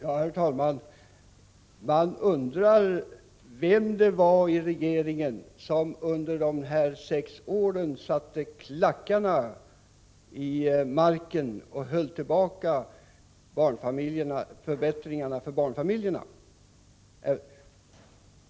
Herr talman! Jag undrar vem i regeringen som under de sex åren satte klackarna i marken och höll tillbaka förbättringarna för barnfamiljerna.